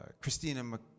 Christina